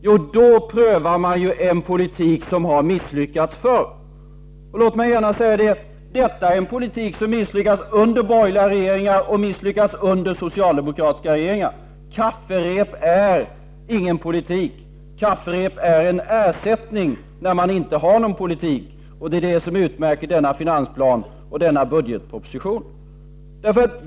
Jo, då prövar man en politik som har misslyckats förr. Jag kan gärna säga att detta är en politik som har misslyckats under såväl borgerliga som socialdemokratiska regeringar. Kafferep är nämligen ingen politik. Kafferep är en ersättning när man inte har någon politik, och det är det som utmärker denna finansplan och denna budgetproposition.